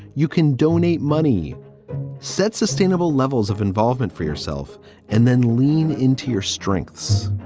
you can donate money sets, sustainable levels of involvement for yourself and then lean into your strengths